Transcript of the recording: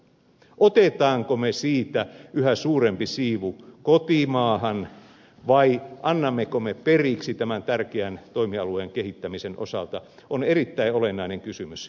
otammeko me siitä yhä suuremman siivun kotimaahan vai annammeko me periksi tämän tärkeän toimialueen kehittämisen osalta on erittäin olennainen kysymys lähivuosina